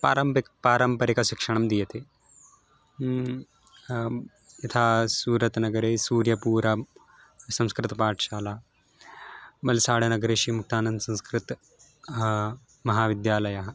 पारम्बिक् पारम्परिकशिक्षणं दीयते यथा सूरत् नगरे सूर्यपूरां संस्कृतपाठशाला मल्साडनगरे शि मुक्तानन्द संस्कृत महाविद्यालयः